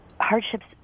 hardships